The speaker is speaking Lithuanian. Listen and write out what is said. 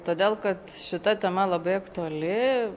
todėl kad šita tema labai aktuali